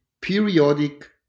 periodic